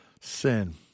Sin